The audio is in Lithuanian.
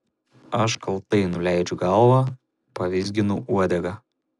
aš kaltai nuleidžiu galvą pavizginu uodegą